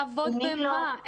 לעבוד במה?